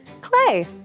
Clay